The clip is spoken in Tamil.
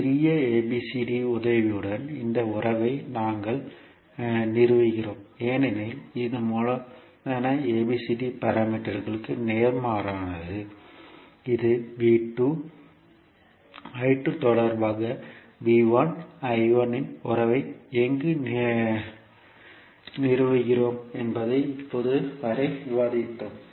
சிறிய abcd உதவியுடன் இந்த உறவை நாங்கள் நிறுவுகிறோம் ஏனெனில் இது மூலதன ABCD பாராமீட்டர்க்கு நேர்மாறானது இது தொடர்பாக இன் உறவை எங்கு நிறுவுகிறோம் என்பதை இப்போது வரை விவாதித்தோம்